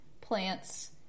plants